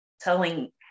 telling